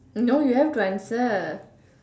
no you have to answer